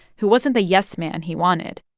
who wasn't the yes man he wanted.